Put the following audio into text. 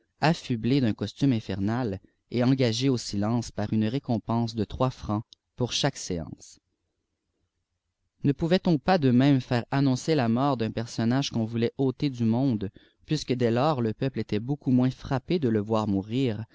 sublé d'un costume itifermt et engagé au sihcèr pai une réeofflfpense de s francs pour chaque ééance ne pôtifâitob pas de inéme faire atnnoncer la mort d'ii persômiagé qti'dti vevbltt ôter du monde puisqpœ dès lora le pebplé était beaucoup moins frappé de le voir mourir